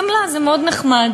חמלה זה מאוד נחמד.